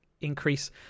increase